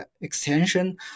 extension